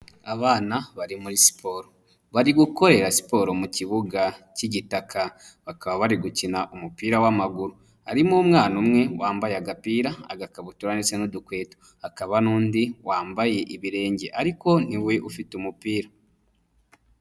Abana bari muri siporo, bari gukorera siporo mu kibuga cy'igitaka, bakaba bari gukina umupira w'amaguru, harimo umwana umwe wambaye agapira, agakabutura ndetse n'udukweto, hakaba n'undi wambaye ibirenge ariko niwe ufite umupira.